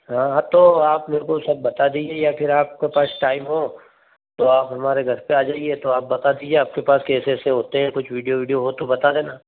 हाँ हाँ तो आप मेरे को सब बता दीजिए या फिर आप के पास टाइम हो तो आप हमारे घर पर आ जाइए तो आप बता दीजिए आपके पास की ऐसे ऐसे होते हैं कुछ बिडियो विडियो हो तो बता देना